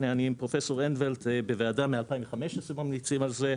הנה אני עם פרופסור אנדוולט אנחנו כבר מוועדה מ-2015 ממליצים על זה,